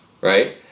right